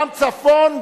גם צפון,